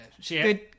good